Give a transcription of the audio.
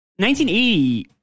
1980